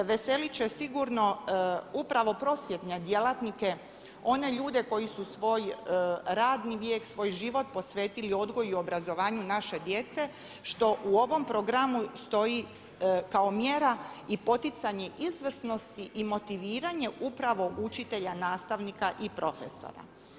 Veselit će sigurno upravo prosvjetne djelatnike, one ljude koji su svoj radni vijek, svoj život posvetili odgoju i obrazovanju naše djece što u ovom programu stoji kao mjera i poticanje izvrsnosti i motiviranje upravo učitelja, nastavnika i profesora.